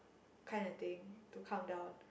kind of thing to countdown